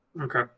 Okay